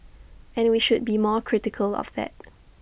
and we should be more critical of that